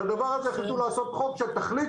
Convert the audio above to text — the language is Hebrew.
על הדבר הזה רצו החליטו לעשות חוק שהתכלית